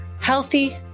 Healthy